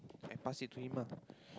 I pass it to him lah